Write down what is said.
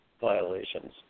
violations